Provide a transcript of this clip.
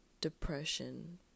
depression